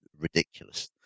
ridiculous